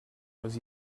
was